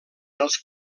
els